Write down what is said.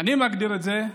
אני מגדיר את זה,